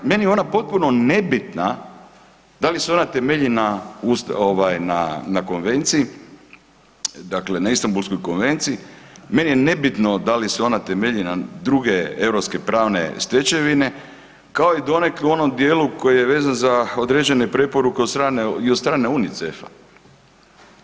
Ja, meni je ona potpuno nebitna, da li se ona temelji na, ovaj na, na konvenciji, dakle na Istambulskoj konvenciji, meni je nebitno da li se ona temelji na druge europske pravne stečevine, kao i donekle u onom dijelu koji je vezan za određene preporuke od strane i od strane UNICEF-a.